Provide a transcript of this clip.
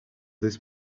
this